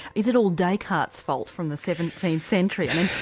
is it all descartes fault from the seventeenth century?